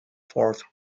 fourth